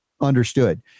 understood